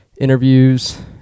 interviews